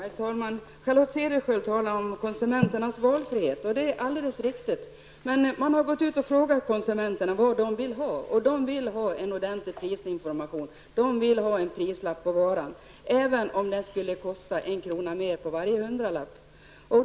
Herr talman! Charlotte Cederschiöld talar om konsumenternas valfrihet, och vad hon säger är alldeles riktigt. Man har gått ut och frågat konsumenterna vad de vill ha, och de vill ha en ordentlig prisinformation, en prislapp på varan, även om detta skulle kosta en krona mer på varje hundralapp.